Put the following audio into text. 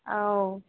ও